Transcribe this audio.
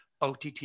OTT